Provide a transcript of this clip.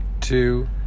two